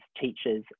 teachers